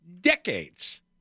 decades